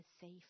safe